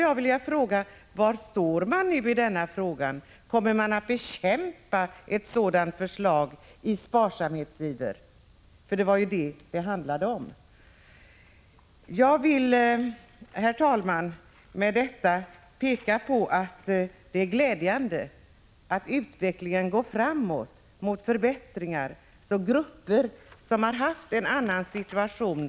Jag vill med detta, herr talman, peka på det glädjande förhållandet att utvecklingen går framåt mot förbättringar för grupper som har haft en i förhållande till andra sämre situation.